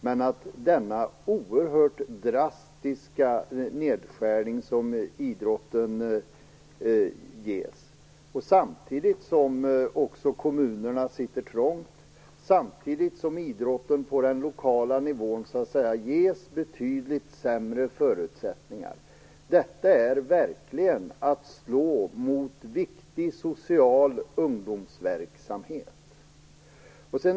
Men att denna oerhört drastiska nedskärning görs inom idrotten samtidigt som kommunerna sitter trångt, samtidigt som idrotten på den lokala nivån ges betydligt sämre förutsättningar är verkligen att slå mot viktig social ungdomsverksamhet.